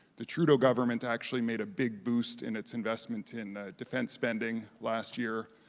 the trudeau government actually made a big boost in its investments in defense spending last year.